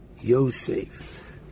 Yosef